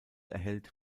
erhält